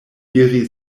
iri